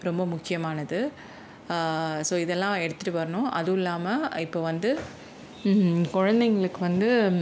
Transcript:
ரொம்ப முக்கியமானது ஸோ இதெல்லாம் எடுத்துகிட்டு வரணும் அதுவும் இல்லாமல் இப்போ வந்து குழந்தைங்களுக்கு வந்து